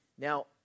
Now